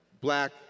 black